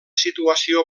situació